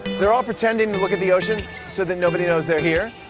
they're all pretending to look at the ocean so that nobody knows they're here.